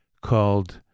called